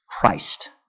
Christ